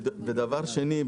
ודבר שני,